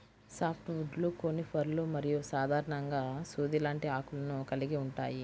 soft వుడ్లు కోనిఫర్లు మరియు సాధారణంగా సూది లాంటి ఆకులను కలిగి ఉంటాయి